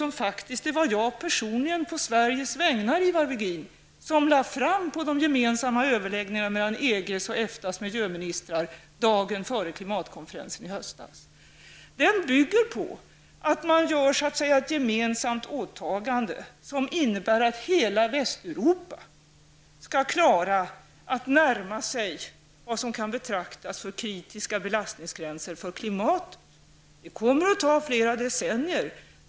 Det var på Sveriges vägnar som jag personligen, Ivar Virgin, dagen före miljökonferensen i höstas vid de gemensamma överläggningarna mellan EGs och EFTAs miljöministrar lade fram vår ståndpunkt. Den bygger på att man gör ett gemensamt åtagande som innebär att hela Västeuropa skall klara att närma sig vad som kan kallas kritiska belastningsgränser för klimatet. Det kommer att ta flera decennier.